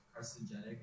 carcinogenic